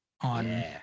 on